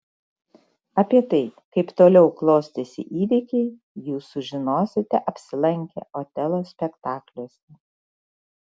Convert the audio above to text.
apie tai kaip toliau klostėsi įvykiai jūs sužinosite apsilankę otelo spektakliuose